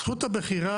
זכות הבחירה,